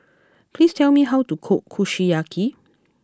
please tell me how to cook Kushiyaki